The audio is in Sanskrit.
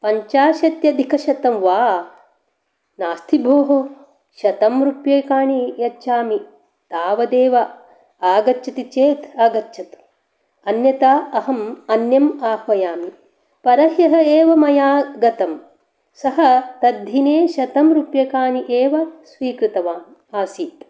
पञ्चाशत्यधिकशतं वा नास्ति भोः शतं रूप्यकाणि यच्छामि तावदेव आगच्छति चेत् आगच्छतु अन्यथा अहम् अन्यं आह्वयामि परह्यः एव मया गतम् सः तद्दिने शतं रूप्यकाणि एव स्वीकृतवान् आसीत्